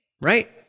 Right